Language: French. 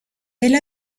elle